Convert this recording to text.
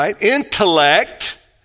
intellect